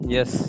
Yes